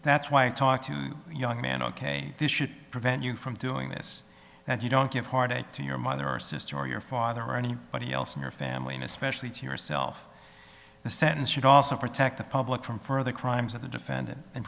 that's why you talk to young man ok this shit prevent you from doing this and you don't give hard it to your mother or sister or your father or anybody else in your family and especially to yourself the sentence should also protect the public from further crimes of the defendant and